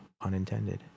Unintended